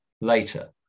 later